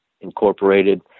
incorporated